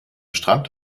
strand